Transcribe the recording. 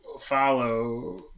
follow